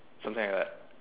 something like that